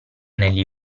negli